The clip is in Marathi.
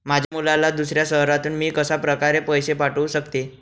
माझ्या मुलाला दुसऱ्या शहरातून मी कशाप्रकारे पैसे पाठवू शकते?